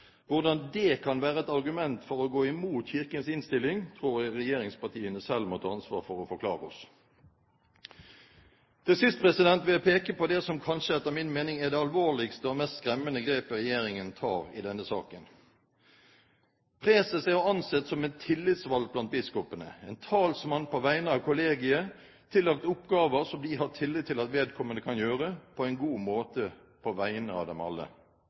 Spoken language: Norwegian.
Hvordan det kan være et argument for å gå imot Kirkens innstilling, tror jeg regjeringspartiene selv må ta ansvar for å forklare oss. Til sist vil jeg peke på det som kanskje etter min mening er det alvorligste og mest skremmende grepet regjeringen tar i denne saken. Preses er å anse som en tillitsvalgt blant biskopene, en talsmann på vegne av kollegiet tillagt oppgaver som de har tillit til at vedkommende kan gjøre på en god måte på vegne av dem alle.